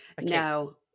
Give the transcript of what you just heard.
No